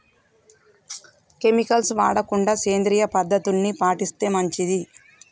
chemicals వాడకుండా సేంద్రియ పద్ధతుల్ని పాటిస్తే మంచిది